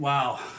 Wow